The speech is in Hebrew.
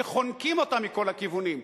שחונקים אותה מכל הכיוונים.